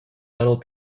medal